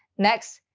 next,